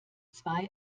zwei